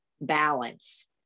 balance